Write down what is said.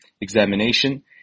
examination